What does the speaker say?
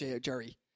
Jerry